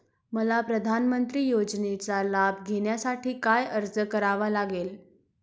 मला प्रधानमंत्री योजनेचा लाभ घेण्यासाठी काय अर्ज करावा लागेल?